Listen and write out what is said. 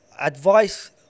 advice